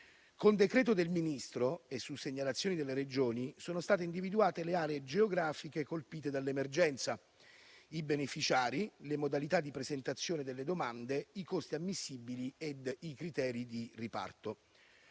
Con decreto del Ministro e su segnalazioni delle Regioni sono state individuate le aree geografiche colpite dall'emergenza, i beneficiari, le modalità di presentazione delle domande, i costi ammissibili ed i criteri di riparto.